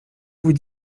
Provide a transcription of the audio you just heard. vous